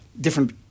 Different